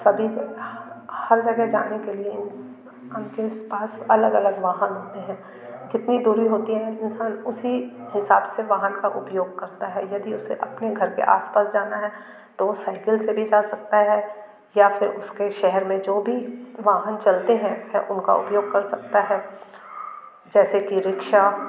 सभी जगह हर जगह जाने के लिए अनके पास अलग अलग वाहन होते हैं जितनी दूरी होती है इंसान उसी हिसाब से वाहन का उपयोग करता है यदि उसे अपने घर के आस पास जाना है तो वो साइकिल से भी जा सकता है या फिर उसके शहर में जो भी वाहन चलते हैं वह उनका उपयोग कर सकता है जैसे कि रिक्शा